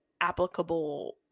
applicable